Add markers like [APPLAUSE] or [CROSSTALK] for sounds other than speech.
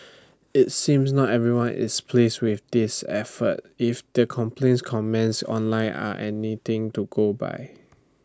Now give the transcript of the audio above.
[NOISE] IT seems not everyone is pleased with this effort if the complaints comments online are anything to go by